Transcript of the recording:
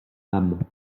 âme